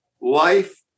life